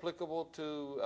political to